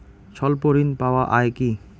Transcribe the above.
স্বল্প ঋণ পাওয়া য়ায় কি?